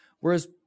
Whereas